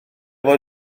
fod